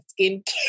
skincare